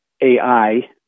AI